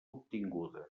obtinguda